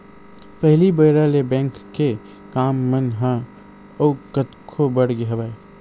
पहिली बेरा ले बेंक के काम मन ह अउ कतको बड़ गे हवय